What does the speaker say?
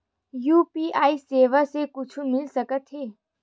UPI सेवाएं से कुछु मिल सकत हे?